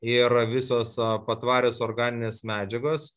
ir visos patvarios organinės medžiagos